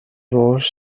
worth